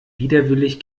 widerwillig